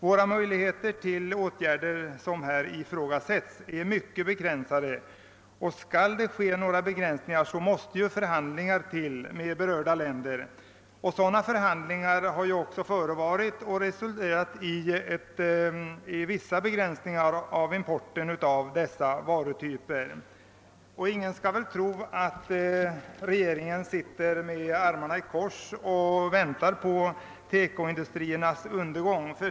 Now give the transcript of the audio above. Våra möjligheter till sådana åtgärder som här ifrågasätts är mycket begränsade. Skall det göras några begränsningar, måste förhandlingar komma till stånd med berörda länder. Sådana förhandlingar har också förevarit och resulterat i vissa begsränsningar av importen av ifrågavarande varutyper. Ingen skall väl tro att regeringen sitter med armarna i kors och väntar på TEKO-industriernas undergång.